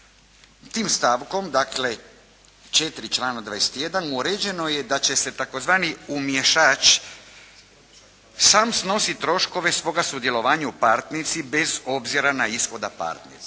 Tim stavkom, dakle 4. člana 21. uređeno je da će se tzv. umiješač sam snositi troškove svoga sudjelovanja u parnici bez obzira na ishod parnice